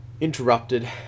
interrupted